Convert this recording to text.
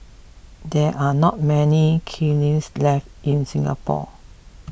there are not many kilns left in Singapore